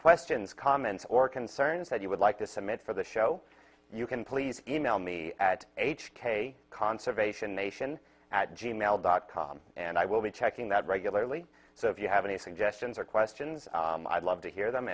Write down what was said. questions comments or concerns that you would like to submit for the show you can please e mail me at h k conservation nation at g mail dot com and i will be checking that regularly so if you have any suggestions or questions i'd love to hear them